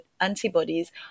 antibodies